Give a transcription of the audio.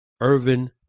Irvin